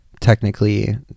technically